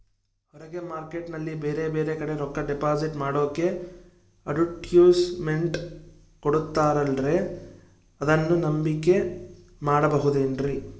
ಹೊರಗೆ ಮಾರ್ಕೇಟ್ ನಲ್ಲಿ ಬೇರೆ ಬೇರೆ ಕಡೆ ರೊಕ್ಕ ಡಿಪಾಸಿಟ್ ಮಾಡೋಕೆ ಅಡುಟ್ಯಸ್ ಮೆಂಟ್ ಕೊಡುತ್ತಾರಲ್ರೇ ಅದನ್ನು ನಂಬಿಕೆ ಮಾಡಬಹುದೇನ್ರಿ?